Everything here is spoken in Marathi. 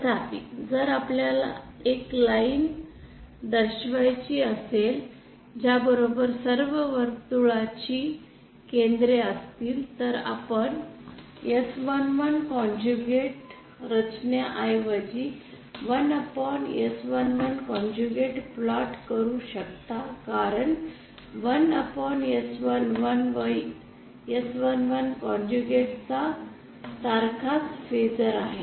तथापि जर आपल्याला एक लाईन दर्शवायची असेल ज्या बरोबर सर्व वर्तुळाची केंद्रे असतील तर आपण S11 कॉन्जुगेट रचण्याऐवजी 1S11 कॉन्जुगेट प्लॉट करू शकता कारण 1S11 व S11 कॉन्जुगेट चा सारखा फेझर आहे